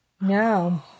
No